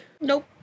Nope